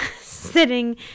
sitting